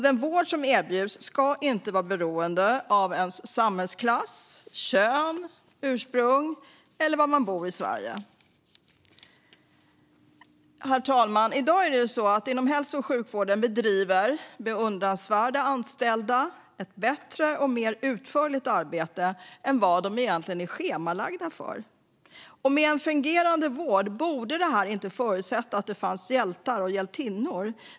Den vård som erbjuds ska inte vara beroende av ens samhällsklass, kön, ursprung eller var i Sverige man bor. Herr talman! Inom hälso och sjukvården bedriver i dag beundransvärda anställda ett bättre och mer utförligt arbete än vad de egentligen är schemalagda för. Med en fungerande vård borde detta inte förutsätta att det finns hjältar och hjältinnor.